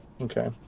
Okay